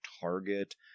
target